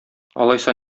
алайса